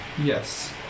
yes